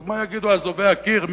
אז מה יגידו אזובי הקיר?